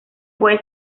puede